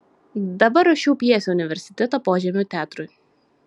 dabar rašiau pjesę universiteto požemių teatrui